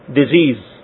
disease